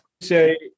say